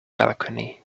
balcony